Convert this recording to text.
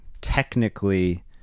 technically